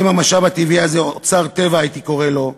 האם המשאב הטבעי הזה, אוצר טבע, הייתי קורא לו,